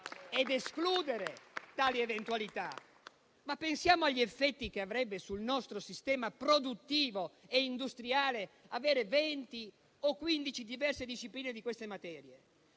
ed escludere tali eventualità? Pensiamo agli effetti che avrebbe sul nostro sistema produttivo e industriale avere venti o quindici diverse discipline di queste materie.